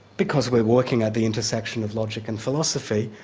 because we're working at the intersection of logic and philosophy,